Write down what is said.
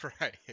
right